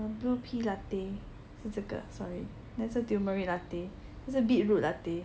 blue pea latte 是这个 sorry 那个是 tumeric latte 这个是 beetroot latte